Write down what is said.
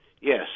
Yes